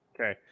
okay